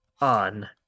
on